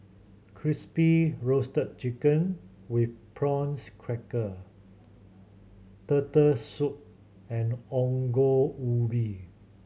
Crispy Roasted Chicken with prawns cracker Turtle Soup and Ongol Ubi